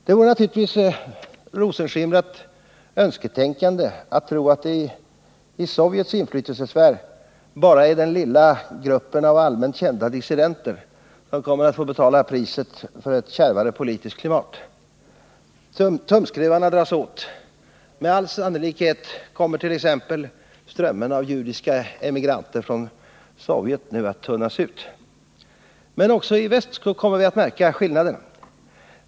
Det vore naturligtvis rosenskimrat önsketänkande att tro att det i Sovjets inflytelsesfär bara är den lilla gruppen av allmänt kända dissidenter som kommer att få betala priset för ett kärvare politiskt klimat. Tumskruvarna dras åt. Med all sannolikhet kommer t.ex. strömmen av judiska emigranter från Sovjet nu att tunnas ut. Men också i väst kommer vi att märka skillnaden.